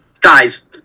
guys